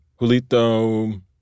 Julito